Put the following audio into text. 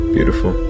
Beautiful